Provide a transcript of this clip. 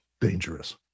dangerous